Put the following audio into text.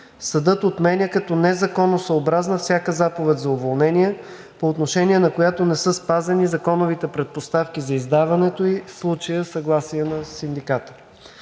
съдът отменя като незаконосъобразна всяка заповед за уволнение, по отношение на която не са спазени законовите предпоставки за издаването ѝ – в случая съгласие на Синдиката.